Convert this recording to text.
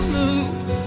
move